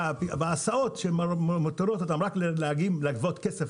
וההסעות שמותרות רק לנהגים לגבות כסף,